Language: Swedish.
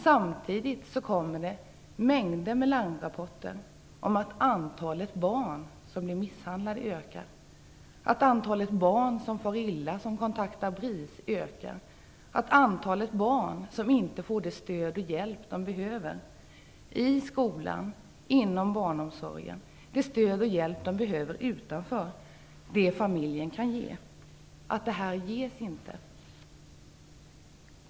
Samtidigt kommer det mängder med larmrapporter om att antalet barn som blir misshandlade ökar, att antalet barn som far illa och kontaktar BRIS ökar, att barn inte får det stöd och den hjälp de behöver i skolan och inom barnomsorgen, stöd och hjälp utanför det familjen kan ge.